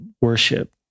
worship